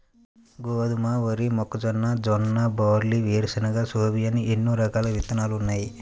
గోధుమ, వరి, మొక్కజొన్న, జొన్న, బార్లీ, వేరుశెనగ, సోయాబీన్ ఇలా ఎన్నో రకాల విత్తనాలున్నాయి